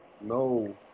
No